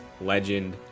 legend